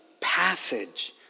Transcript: passage